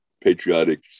patriotic